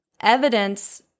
evidence